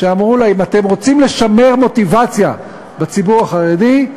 שאמרו לה: אם אתם רוצים לשמר מוטיבציה בציבור החרדי,